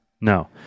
No